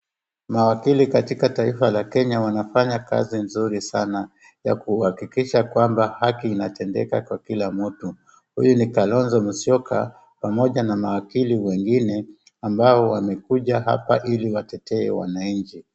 Mawakili katika taifa la Kenya wanafanya kazi nzuri sana, ya kuhakikisha kwamba haki inatendeka kwa kila mtu. Huyu ni Kalonzo Musyoka pamoja na mawakili wengine, ambao wamekuja hapa ili watetee wananchi.